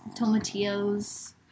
tomatillos